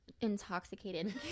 intoxicated